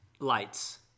lights